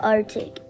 Arctic